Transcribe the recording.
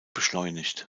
beschleunigt